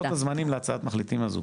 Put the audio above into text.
יש איזשהו לו"ז להצעת מחליטים הזאת?